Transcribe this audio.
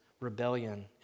rebellion